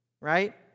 Right